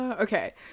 Okay